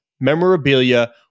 memorabilia